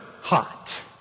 hot